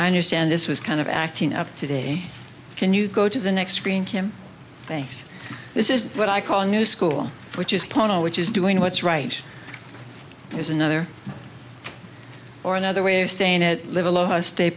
i understand this was kind of acting up today can you go to the next screen kim thanks this is what i call a new school which is porno which is doing what's right is another or another way of saying it live aloha sta